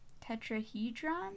Tetrahedron